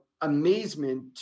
amazement